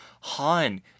Han